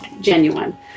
genuine